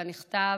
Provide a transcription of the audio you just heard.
כנכתב: